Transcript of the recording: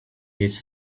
his